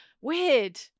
Weird